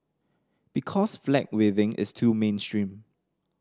because flag waving is too mainstream